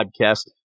podcast